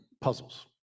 puzzles